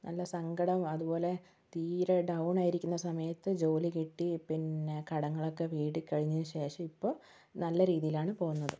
നല്ല സങ്കടവും അതുപോലെ തീരെ ഡൗണായിരിക്കുന്ന സമയത്ത് ജോലി കിട്ടി പിന്നെ കടങ്ങളൊക്കെ വീടിക്കഴിഞ്ഞതിനു ശേഷം ഇപ്പോൾ നല്ല രീതിലാണ് പോകുന്നത്